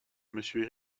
monsieur